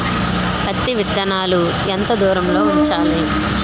పత్తి విత్తనాలు ఎంత దూరంలో ఉంచాలి?